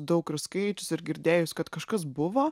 daug ir skaičius ir girdėjus kad kažkas buvo